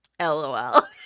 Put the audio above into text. lol